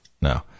No